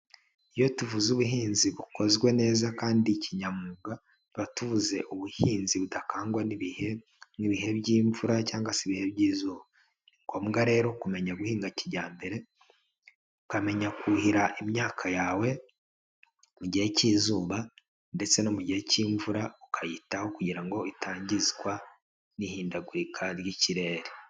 Iyo tuvuze ubuhinzi bukozwe neza kandi kinyamwuga, tuba tubuze ubuhinzi budakangwa n'ibihe, nk'ibihe by'imvura cyangwa se ibihe byiza ngombwa rero kumenya guhinga kijyambere, ukamenya kuhira imyaka yawe mu gihe cy'izuba ndetse no mu gihe cy'imvura ukayitaho kugira ngo itangizwa n'ihindagurika ry'ikirere.